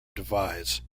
devise